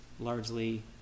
largely